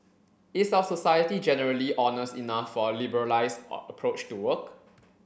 is our society generally honest enough for a liberalised approach to work